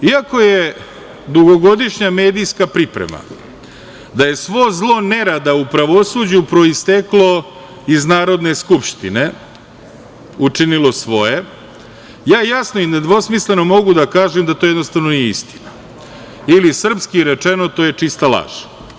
Iako je dugogodišnja medijska priprema da je svo zlo nerada u pravosuđu proisteklo iz Narodne skupštine učinilo svoje, ja jasno i nedvosmisleno mogu da kažem, da to jednostavno nije istina ili srpski rečeno to je čista laž.